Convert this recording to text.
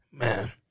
Man